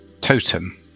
totem